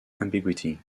ambiguity